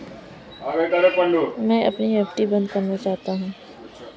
मैं अपनी एफ.डी बंद करना चाहता हूँ